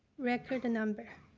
record number.